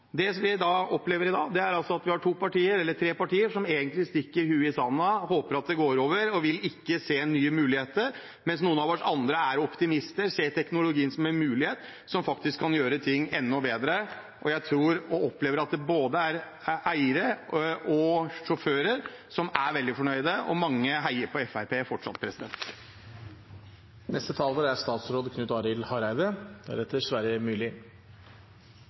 at vi har to eller tre partier som egentlig stikker hodet i sanden, som håper at det går over, og som ikke vil se nye muligheter, mens noen av oss andre er optimister og ser teknologien som en mulighet som faktisk kan gjøre ting enda bedre. Jeg tror og opplever at det er både eiere og sjåfører som er veldig fornøyd, og mange heier fortsatt på